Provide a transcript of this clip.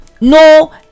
no